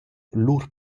lur